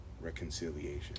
reconciliation